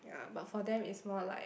ya but for them it's more like